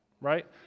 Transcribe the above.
right